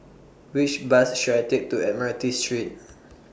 Which Bus should I Take to Admiralty Street